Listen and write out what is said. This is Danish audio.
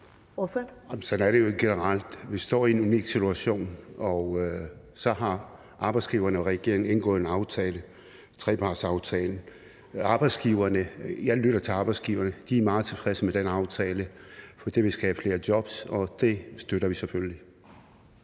sådan er det jo ikke generelt. Vi står i en unik situation, og så har arbejdsgiverne og regeringen indgået en aftale, en trepartsaftale. Jeg lytter til arbejdsgiverne, og de er meget tilfredse med den aftale. For det vil skabe flere jobs, og det støtter vi selvfølgelig.